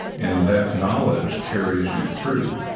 and that knowledge carries you through.